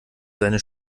seine